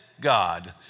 God